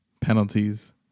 penalties